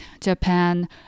Japan